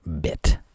bit